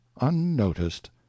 unnoticed